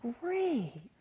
great